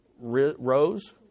rose